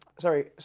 sorry